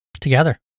Together